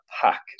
pack